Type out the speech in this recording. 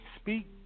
Speak